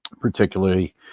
particularly